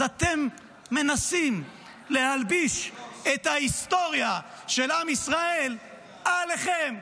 אז אתם מנסים להלביש את ההיסטוריה של עם ישראל עליכם.